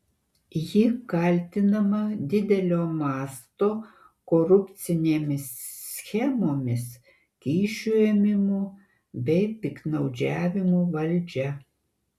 ji kaltinama didelio masto korupcinėmis schemomis kyšių ėmimu bei piktnaudžiavimu valdžia